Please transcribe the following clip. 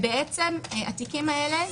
התיקים האלה,